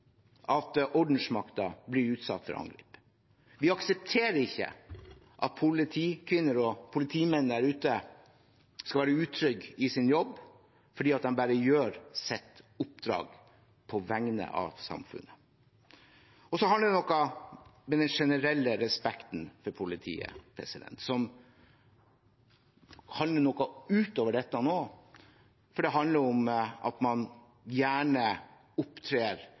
at ordensmakten blir utsatt for angrep. Vi aksepterer ikke at politikvinner og politimenn der ute skal være utrygge i sin jobb bare fordi de gjør sitt oppdrag på vegne av samfunnet. Og så er det noe med den generelle respekten for politiet som handler om noe utover dette også, for det handler om at man gjerne opptrer